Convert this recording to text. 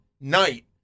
night